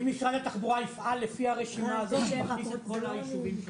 אם משרד התחבורה יפעל לפי הרשימה הזאת זה מכניס את כל היישובים שלך.